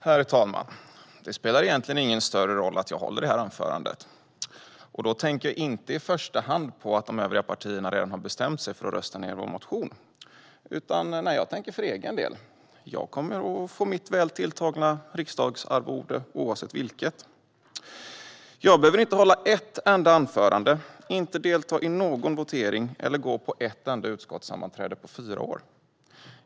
Herr talman! Det spelar egentligen ingen större roll att jag håller detta anförande. Då tänker jag inte i första hand på att de övriga partierna redan har bestämt sig för att rösta ned vår motion, utan jag tänker på mig själv. Jag kommer att få mitt väl tilltagna riksdagsarvode oavsett vilket. Jag behöver inte hålla ett enda anförande, inte delta i någon votering eller gå på ett enda utskottssammanträde på fyra år.